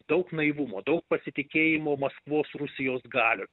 daug naivumo daug pasitikėjimo maskvos rusijos galiom